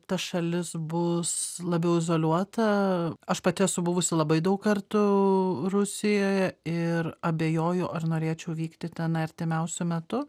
ta šalis bus labiau izoliuota aš pati esu buvusi labai daug kartų rusijoje ir abejoju ar norėčiau vykti tenai artimiausiu metu